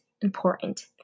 important